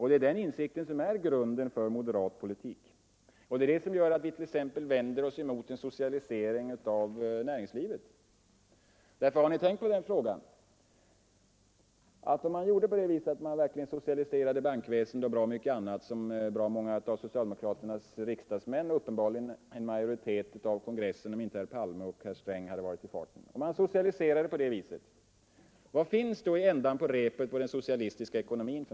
Det är den insikten som är grunden för moderat politik, och det är det som t.ex. gör att vi vänder oss emot socialisering av näringslivet. Har ni tänkt på vad som skulle bli en följd, om man socialiserade bankväsendet och mycket annat, vilket bra många av socialdemokraternas riksdagsmän gärna vill, liksom också uppenbarligen en majoritet på kongressen skulle ha önskat, om inte herr Palme och herr Sträng hade varit i farten? Vad finns det då för någonting i änden på repet i den socialistiska ekonomin?